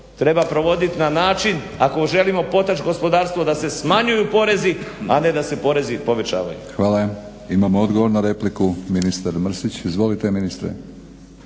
treba provodit, na način ako želimo potaći gospodarstvo da se smanjuju porezi, a ne da se porezi povećavaju. **Batinić, Milorad (HNS)** Hvala. Imamo odgovor na repliku, ministar Mrsić. Izvolite ministre.